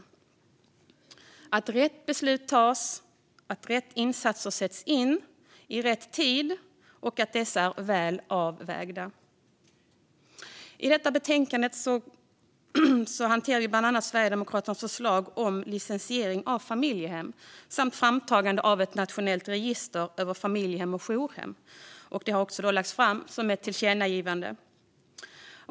Det gäller att rätt beslut tas och rätt insatser sätts in i rätt tid och att dessa är väl avvägda. I detta betänkande hanterar vi bland annat Sverigedemokraternas förslag om certifiering av familjehem och framtagande av ett nationellt register över familjehem och jourhem. Detta har också lagts fram som ett tillkännagivande.